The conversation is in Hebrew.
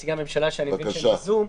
נציגי הממשלה שאני מבין שהם בזום.